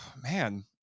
man